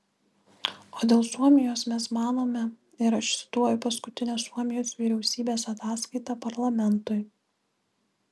o dėl suomijos mes manome ir aš cituoju paskutinę suomijos vyriausybės ataskaitą parlamentui